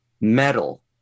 metal